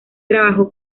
trabajó